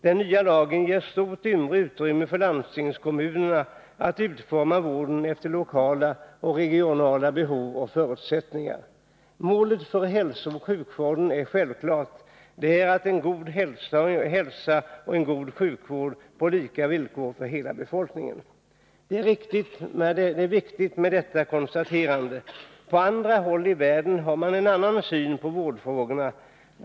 Den nya lagen ger stort utrymme för landstingskommunerna att utforma vården efter lokala och regionala behov och förutsättningar. Målet för hälsooch sjukvården är självklart. Det är en god hälsa och en god sjukvård på lika villkor för hela befolkningen. Det är viktigt med detta konstaterande. På andra håll i världen har man en annan syn på vårdfrågorna.